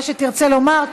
מה שתרצה לומר,